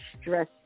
stress